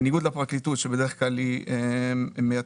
בניגוד לפרקליטות שבדרך כלל היא מייצגת